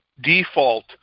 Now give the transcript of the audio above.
default